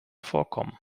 vorkommen